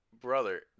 Brother